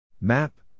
map